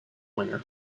winner